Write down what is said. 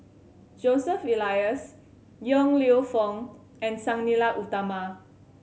Joseph Elias Yong Lew Foong and Sang Nila Utama